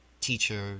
teacher